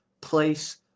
place